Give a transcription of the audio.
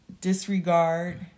disregard